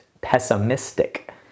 pessimistic